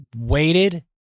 Waited